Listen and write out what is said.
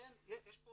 ואכן יש פה